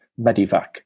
medivac